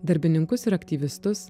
darbininkus ir aktyvistus